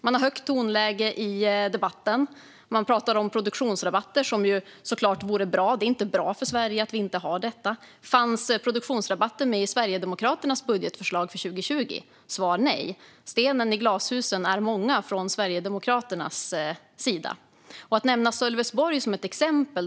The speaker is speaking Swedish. Man har högt tonläge i debatten. Man talar om produktionsrabatter, som såklart vore bra; det är inte bra för Sverige att vi inte har detta. Fanns produktionsrabatten med i Sverigedemokraternas budgetförslag för 2020? Svar nej. Stenarna i glashusen är många från Sverigedemokraternas sida. Sölvesborg nämns som exempel.